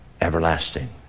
everlasting